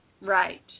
right